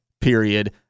period